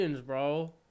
bro